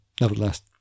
Nevertheless